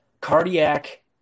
cardiac